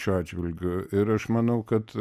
šiuo atžvilgiu ir aš manau kad